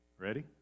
Ready